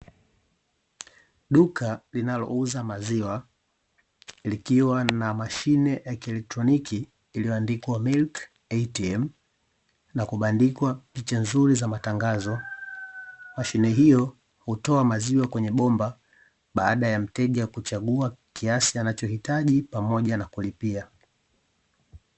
Duka linalouza maziwa likiwa na mashine ya kielektroniki iliyoandikwa "Milk ATM" na kubandikwa picha nzuri za matangazo. Mashine hiyo hutoa maziwa kwenye bomba baada ya mteja kuchagua kiasi anachohitaji pamoja na kulipia.